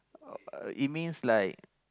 it means like